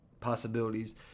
possibilities